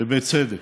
ובצדק.